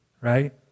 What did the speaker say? right